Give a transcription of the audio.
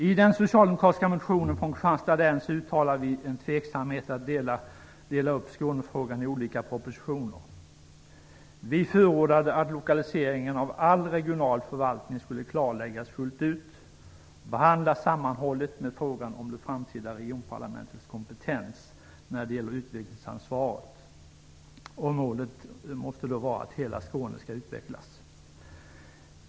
I den socialdemokratiska motionen från Kristianstads län uttalade vi en tveksamhet att dela upp Skånefrågan i olika propositioner. Vi förordade att lokaliseringen av all regional förvaltning skulle klarläggas fullt ut och behandlas sammanhållet med frågan om det framtida regionparlamentets kompetens när det gäller utvecklingsansvaret. Målet måste då vara att hela Skåne skall utvecklas.